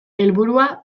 helburua